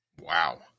Wow